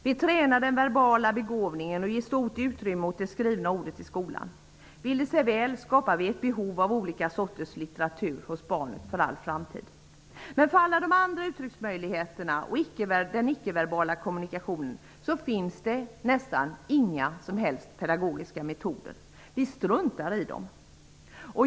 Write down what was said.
Vi tränar den verbala begåvningen och ger stort utrymme åt det skrivna ordet i skolan. Vill det sig väl skapar vi ett behov av olika sorters litteratur hos barnet för all framtid. Men för alla de andra uttrycksmöjligheterna och för den icke-verbala kommunikationen finns det nästan inga pedagogiska metoder. Vi struntar i dem.